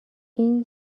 این